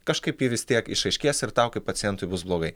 kažkaip ji vis tiek išaiškės ir tau kaip pacientui bus blogai